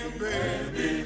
baby